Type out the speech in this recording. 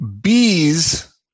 Bees